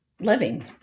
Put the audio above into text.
living